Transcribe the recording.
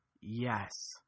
yes